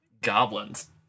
goblins